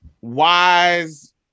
wise